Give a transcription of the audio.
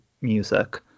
music